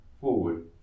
forward